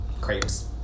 crepes